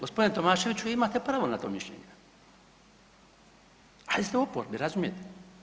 Gospodine Tomaševiću imate pravo na to mišljenje, ali ste uporni razumijete.